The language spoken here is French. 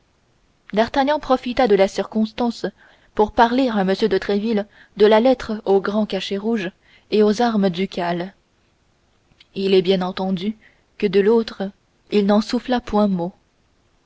profita de la circonstance pour parler à m de tréville de la lettre au grand cachet rouge et aux armes ducales il est bien entendu que de l'autre il n'en souffla point mot